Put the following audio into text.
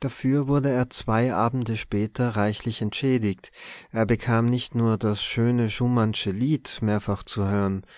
dafür wurde er zwei abende später reichlich entschädigt er bekam nicht nur das schöne schumannsche lied mehrfach zu hören